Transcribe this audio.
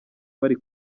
bari